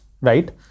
right